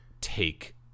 take